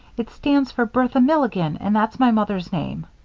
it stands for bertha milligan and that's my mother's name.